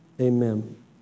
Amen